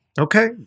Okay